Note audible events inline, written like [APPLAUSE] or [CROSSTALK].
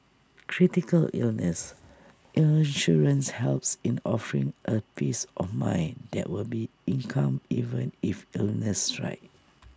critical illness insurance helps in offering A peace of mind that will be income even if illnesses strike [NOISE]